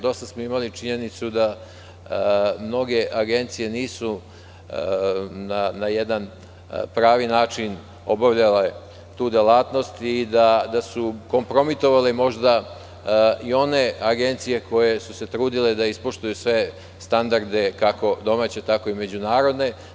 Do sada smo imali činjenicu da mnoge agencije nisu na jedan pravi način obavljale tu delatnost i da su kompromitovale možda i one agencije koje su se trudile da ispoštuju sve standarde, kako domaće, tako i međunarodne.